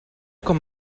com